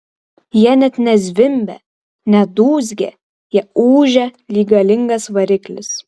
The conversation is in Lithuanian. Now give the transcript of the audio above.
jie net ne zvimbia ne dūzgia jie ūžia lyg galingas variklis